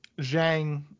Zhang